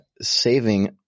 saving